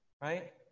Right